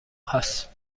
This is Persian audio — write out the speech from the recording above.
هست